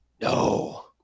No